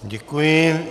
Děkuji.